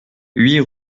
huit